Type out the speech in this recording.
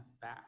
back